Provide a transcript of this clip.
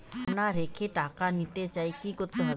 সোনা রেখে টাকা নিতে চাই কি করতে হবে?